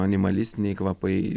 animalistiniai kvapai